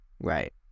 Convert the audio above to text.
Right